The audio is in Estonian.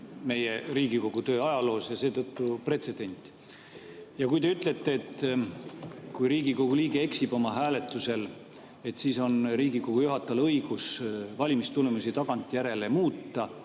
meie Riigikogu töö ajaloos ja seetõttu pretsedent. Kui te ütlete, et kui Riigikogu liige eksib oma hääletusel, siis on Riigikogu juhatajal õigus [hääletus]tulemusi tagantjärele muuta,